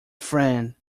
friend